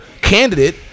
candidate